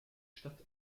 stadt